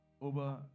over